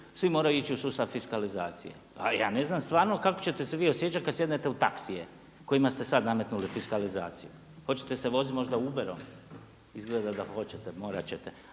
svi moraju ići u sustav fiskalizacije. A ja ne znam stvarno kako ćete se vi osjećati kad sjednete u taksije kojima ste sad nametnuli fiskalizaciju. Hoćete se možda voziti Uberom? Izgleda da hoćete, morat ćete.